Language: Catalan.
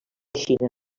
xina